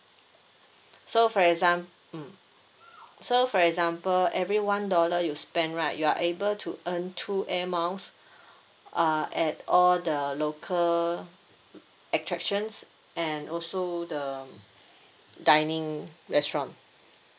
so for exam~ mm so for example every one dollar you spend right you are able to earn two air miles uh at all the local attractions and also the dining restaurant